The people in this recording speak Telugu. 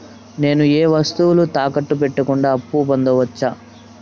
నేను ఏ వస్తువులు తాకట్టు పెట్టకుండా అప్పును పొందవచ్చా?